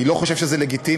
אני לא חושב שזה לגיטימי.